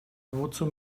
wozu